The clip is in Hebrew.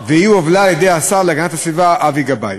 והיא הובלה על-ידי השר להגנת הסביבה אבי גבאי.